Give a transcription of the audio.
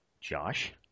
Josh